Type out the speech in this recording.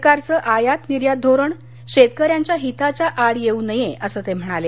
सरकारचं आयात निर्यात धोरण शेतकऱ्यांच्या हिताच्या आड येऊ नये असं ते म्हणाले